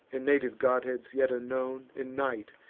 and native godheads yet unknown, and night,